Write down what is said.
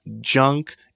junk